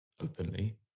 openly